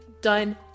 done